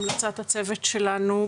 המלצת הצוות שלנו,